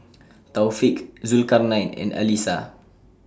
Taufik Zulkarnain and Alyssa